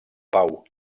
pau